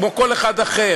כמו כל אחד אחר.